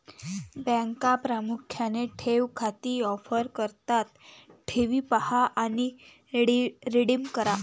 बँका प्रामुख्याने ठेव खाती ऑफर करतात ठेवी पहा आणि रिडीम करा